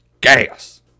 gas